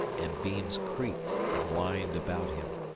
and beams creaked and whined about him.